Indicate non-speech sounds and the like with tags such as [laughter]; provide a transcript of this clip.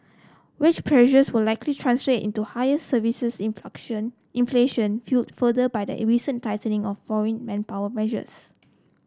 wage pressures will likely translate into higher services [unintelligible] inflation fuelled further by the recent tightening of foreign manpower measures